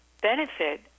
benefit